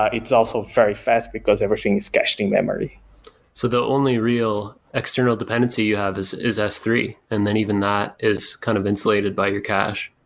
ah it's also very fast because everything is cached in memory so the only real external dependency you have is is s three and then even that is kind of insulated by your cache?